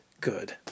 good